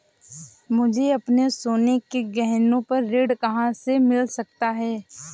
मुझे अपने सोने के गहनों पर ऋण कहाँ से मिल सकता है?